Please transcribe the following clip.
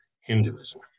Hinduism